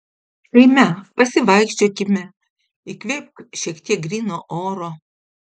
eime pasivaikščiokime įkvėpk šiek tiek gryno oro